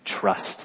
trust